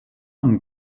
amb